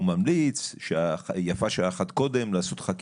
הוא ממליץ שיפה שעה אחת קודם לעשות חקיקה,